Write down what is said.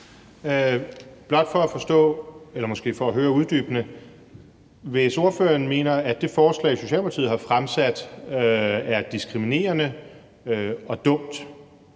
(DF): Det er blot for at høre uddybende: Hvis ordføreren mener, at det forslag, som Socialdemokratiet har fremsat, er diskriminerende og dumt,